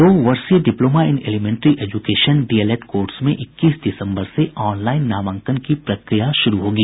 दो वर्षीय diploma in elementary education DElEd course में इक्कीस दिसम्बर से ऑनलाईन नामांकन की प्रक्रिया शुरू होगी